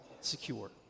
secure